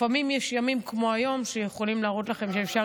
לפעמים יש ימים כמו היום שיכולים להראות לכם שאפשר,